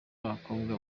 b’abakobwa